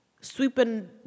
sweeping